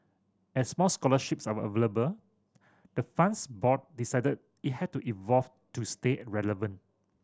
as more scholarships are available the fund's board decided it had to evolve to stay relevant